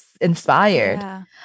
inspired